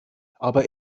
aber